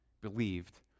believed